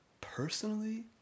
personally